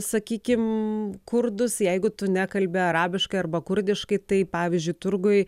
sakykim kurdus jeigu tu nekalbi arabiškai arba kurdiškai tai pavyzdžiui turguj